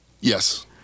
Yes